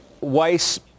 Weiss